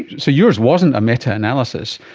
so yours wasn't a meta-analysis,